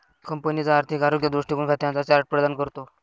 कंपनीचा आर्थिक आरोग्य दृष्टीकोन खात्यांचा चार्ट प्रदान करतो